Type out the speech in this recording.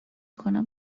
کنم